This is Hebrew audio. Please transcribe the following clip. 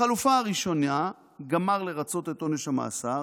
החלופה הראשונה, גמר לרצות את עונש המאסר,